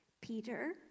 Peter